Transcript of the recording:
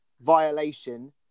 violation